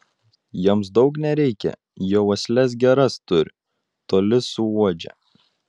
jiems daug nereikia jie uosles geras turi toli suuodžia